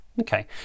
okay